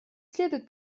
следует